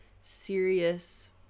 serious